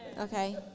okay